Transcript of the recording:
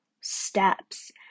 steps